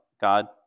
God